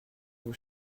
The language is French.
vous